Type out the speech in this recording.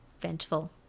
vengeful